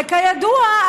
וכידוע,